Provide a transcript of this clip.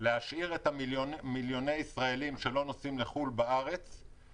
להשאיר בארץ את מיליוני הישראלים שלא נוסעים לחו"ל ובזה